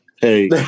Hey